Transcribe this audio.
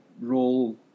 role